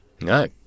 no